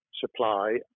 supply